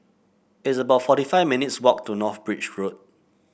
it's about forty five minutes' walk to North Bridge Road